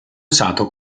usato